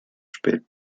spät